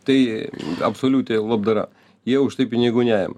tai absoliuti labdara jie už tai pinigų neima